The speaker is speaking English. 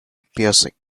piercing